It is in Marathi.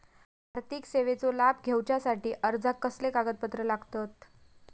आर्थिक सेवेचो लाभ घेवच्यासाठी अर्जाक कसले कागदपत्र लागतत?